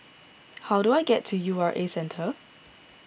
how do I get to U R A Centre